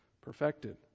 perfected